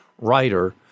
writer